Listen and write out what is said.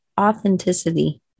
authenticity